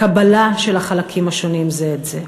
קבלה של החלקים השונים זה את זה.